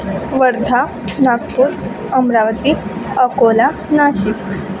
Wardha Nagpur Amravati Akola Nashik